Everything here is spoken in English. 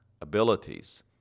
abilities